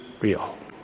real